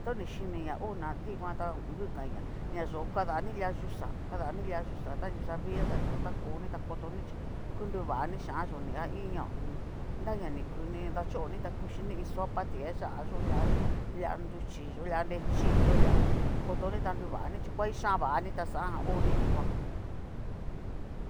Toni xhini ña ona dikan ta ngu kainña, ñayo'o kadani lia yuxa, kadani lia yuxa ta yuxa vii yo'o ta ña yo'o ta koni ta kotoni chí ku nruvani xianyoni a iinña ho o on. ña nranikuni dachoni ta kuxhini iin sopa ti aya'a yo, lia lia nruchí lia nrichiyo lia tá kotoni ta nruvani xhi ngua ixhánvani ta xajan oni dikoan.